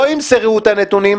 לא ימסרו את הנתונים,